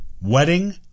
wedding